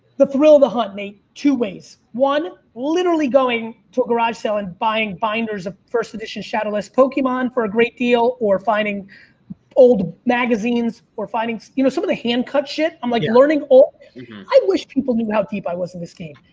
the thrill of the hunt, nate, two ways. one, literally going to a garage sale and buying binders of first edition shadowless pokemon for a great deal or finding old magazines, or finding, you know, some of the hand cut shit. i'm like learning. i wish people knew how deep i was in this game.